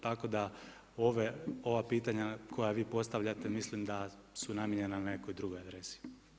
Tako da ova pitanja koja vi postavljate mislim da su namijenjena nekoj drugoj adresi.